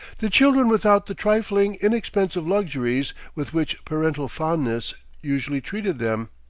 the children without the trifling, inexpensive luxuries with which parental fondness usually treated them.